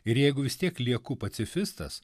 ir jeigu vis tiek lieku pacifistas